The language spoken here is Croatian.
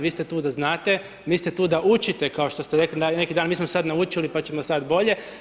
Vi ste tu da znate, niste tu da učite, kao što rekli neki dan, mi smo sad naučili pa ćemo sad bolje.